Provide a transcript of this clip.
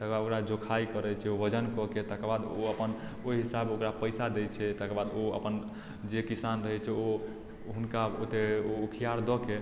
तकरबाद ओकरा जोखाइ करय छै वजन कऽके तकरबाद ओ अपन ओइ हिसाब ओकरा पैसा दै छै तकरबाद ओ अपन जे किसान रहय छै ओ हुनका ओते ओ उखियार दऽके